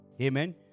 Amen